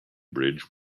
bridge